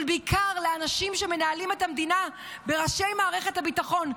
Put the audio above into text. אבל בעיקר לאנשים שמנהלים את המדינה וראשי מערכת הביטחון,